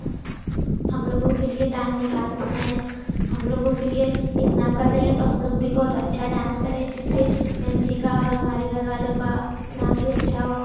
हम लोगों के लिए टाइम निकालती हैं हम लोगों के लिए इतना कर रही हैं तो हम लोग भी बहुत अच्छा डांस करें जिससे मेम जी का और हमारे घर वाले का नाम भी अच्छा हो